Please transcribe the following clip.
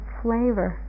flavor